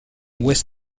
ouest